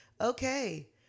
okay